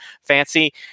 fancy